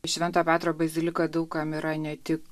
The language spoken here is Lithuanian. šventojo petro bazilika daug kam yra ne tik